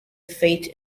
fate